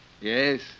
Yes